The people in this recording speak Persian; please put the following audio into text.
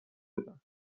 بدن